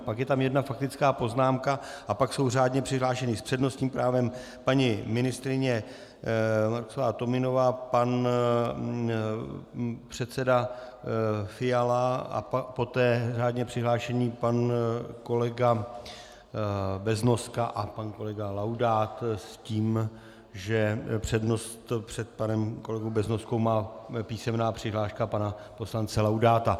Pak je tam jedna faktická poznámka a pak jsou řádně přihlášeni s přednostním právem paní ministryně Michaela Tominová a pan předseda Fiala a poté řádně přihlášení pan kolega Beznoska a pan kolega Laudát s tím, že přednost před panem kolegou Beznoskou má písemná přihláška pana poslance Laudáta.